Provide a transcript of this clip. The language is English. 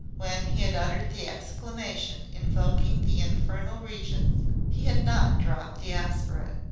when he had uttered the exclamation invoking the infernal regions he had not dropped the aspirate.